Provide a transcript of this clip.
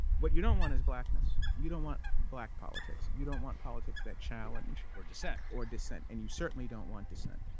what you don't want is blackness. you don't want black politics. you don't want politics that challenge. or dissent. or dissent, and you certainly don't want dissent.